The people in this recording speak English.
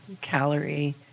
Calorie